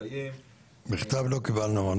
שיסתיים --- מכתב לא קיבלנו.